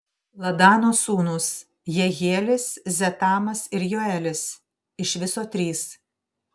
ladano sūnūs jehielis zetamas ir joelis iš viso trys